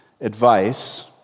advice